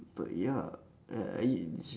but ya uh I s~